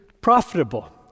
profitable